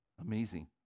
Amazing